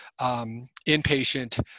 inpatient